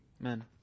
Amen